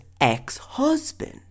ex-husband